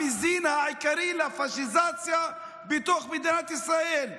המזין העיקרי לפשיזציה בתוך מדינת ישראל,